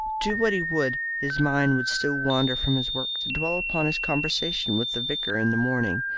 do what he would, his mind would still wander from his work to dwell upon his conversation with the vicar in the morning.